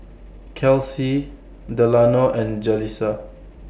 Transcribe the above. Kelsi Delano and Jalisa